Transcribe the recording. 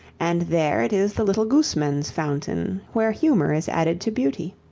and there it is the little gooseman's fountain where humor is added to beauty.